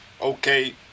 okay